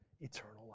eternal